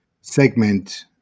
segment